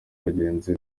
bagenzi